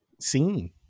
seen